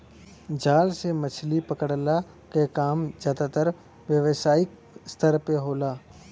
जाल से मछरी पकड़ला के काम जादातर व्यावसायिक स्तर पे होला